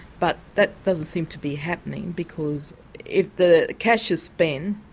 but that doesn't seem to be happening because if the cash is spent,